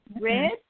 Red